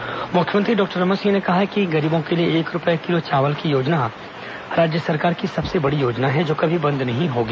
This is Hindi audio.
की मांगों के विकास यात्रा मुख्यमंत्री डॉक्टर रमन सिंह ने कहा है कि गरीबों के लिए एक रूपये किलो चावल की योजना राज्य सरकार की सबसे बड़ी योजना है जो कभी बंद नहीं होगी